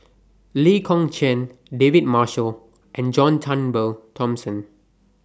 Lee Kong Chian David Marshall and John Turnbull Thomson